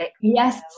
yes